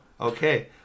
okay